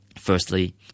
Firstly